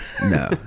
no